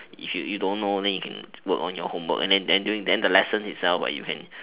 if you don't know then you can work on your homework and then during then the lesson itself you can